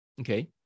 okay